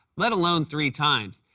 let alone three times.